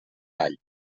all